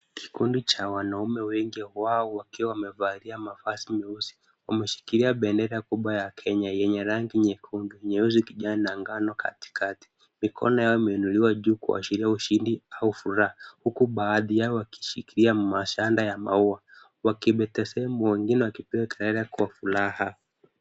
Kikundi cha wanaume wengi wao wakiwa wamevalia mavazi meusi wameshikilia bendera kubwa ya Kenya yenye rangi nyekundu , nyeusi, kijani na njano katikati . Mikono yao imeinuliwa juu kuashiria ushindi au furaha, huku baadhi yao wakishikilia mashanda ya maua wakitabasamu wengine wakipiga kelele kwa furaha.